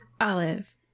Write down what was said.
Olive